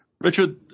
Richard